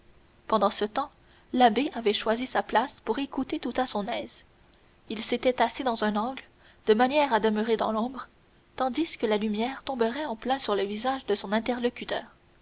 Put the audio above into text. pendant ce temps l'abbé avait choisi sa place pour écouter tout à son aise il s'était assis dans un angle de manière à demeurer dans l'ombre tandis que la lumière tomberait en plein sur le visage de son interlocuteur